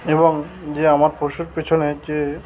এবং যে আমার পশুর পেছনে যে